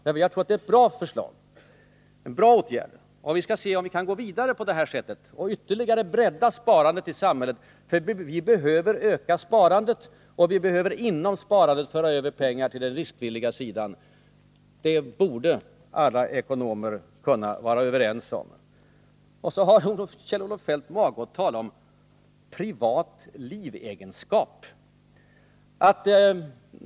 Vi har där fått fram ett bra förslag, och det är en bra åtgärd. Vi skall se om vi kan gå vidare och ytterligare bredda sparandet i samhället. Vi behöver nämligen öka sparandet, och vi behöver inom sparandet föra över pengar till den riskvilliga sidan. Det borde alla ekonomer kunna vara överens om. Och så har Kjell-Olof Feldt mage att tala om privat livegenskap.